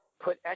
put